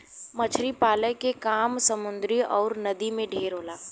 मछरी पालन के काम समुन्दर अउर नदी में ढेर होला